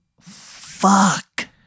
Fuck